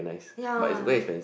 no